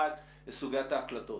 1. סוגיית ההקלטות.